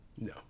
No